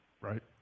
right